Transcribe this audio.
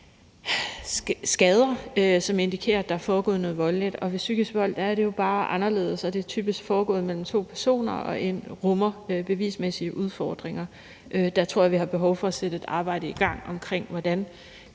skader, som indikerer, at der er foregået noget voldeligt. Ved psykisk vold er det jo bare anderledes. Det er typisk foregået mellem to personer og rummer bevismæssige udfordringer. Der tror jeg, vi har behov for at sætte et arbejde i gang omkring, hvordan